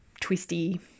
twisty